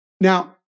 Now